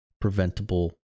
preventable